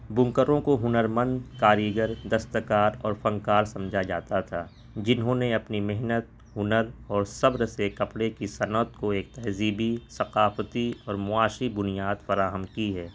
بنکروں کو ہنر مند کاریگر دستکار اور فنکار سمجھا جاتا تھا جنہوں نے اپنی محنت ہنر اور صبر سے کپڑے کی صنعت کو ایک تہذیبی ثقافتی اور معاشی بنیاد فراہم کی ہے